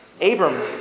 Abram